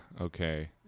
okay